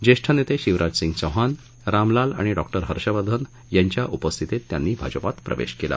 ज्येष्ठ नेते शिवराज सिंग चौहान राम लाल आणि डॉ हर्षवर्धन यांच्या उपस्थितीत त्यांनी भाजपात प्रवेश केला